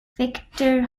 victor